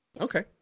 Okay